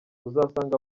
uzasanga